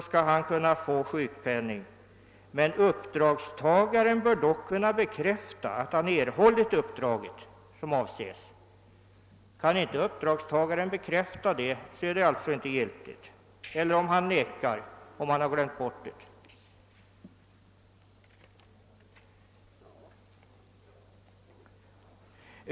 Men den som fått uppdraget bör då kunna bekräfta att han erhållit det uppdrag som avsetts; kan han inte göra det eller om han nekar till att ha fått det blir skälet inte giltigt.